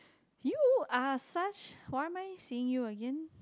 you are such what am I seeing you again